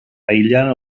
aïllant